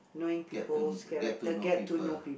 get to get to know people